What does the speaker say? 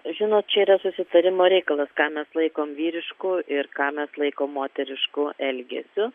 žinot čia yra susitarimo reikalas ką mes laikom vyrišku ir ką mes laikom moterišku elgesiu